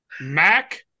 Mac